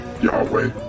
Yahweh